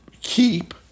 keep